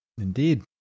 Indeed